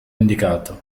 indicato